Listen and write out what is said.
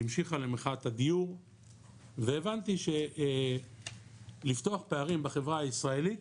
שהמשיכה למחאת הדיור והבנתי שלפתוח פערים בחברה הישראלית